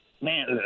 Man